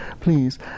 please